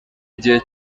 igihe